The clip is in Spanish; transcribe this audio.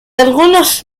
algunos